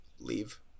leave